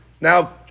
now